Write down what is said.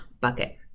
bucket